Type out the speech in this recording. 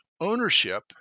ownership